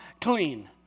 clean